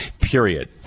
period